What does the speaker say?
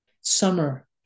Summer